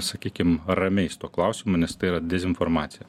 sakykim ramiais tuo klausimu nes tai yra dezinformacija